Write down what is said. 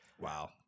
Wow